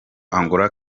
angola